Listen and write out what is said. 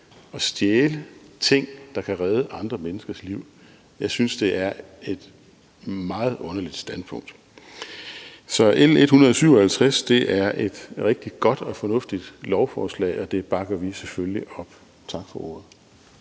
at stjæle ting, der kan redde andre menneskers liv. Jeg synes, det er et meget underligt standpunkt. Så L 157 er et rigtig godt og fornuftigt lovforslag, og det bakker vi selvfølgelig op om. Tak for ordet.